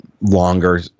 longer